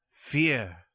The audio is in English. fear